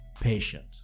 patient